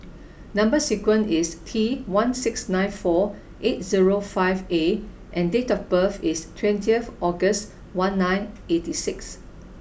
number sequence is T one six nine four eight zero five A and date of birth is twentieth August one nine eighty six